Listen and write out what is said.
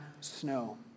snow